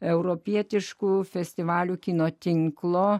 europietiškų festivalių kino tinklo